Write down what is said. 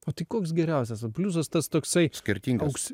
o tai koks geriausias vat bliuzas tas toksai